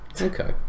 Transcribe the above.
Okay